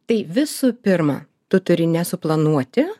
tai visų pirma tu turi nesuplanuoti